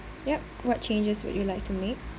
yup what changes would you like to make